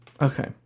Okay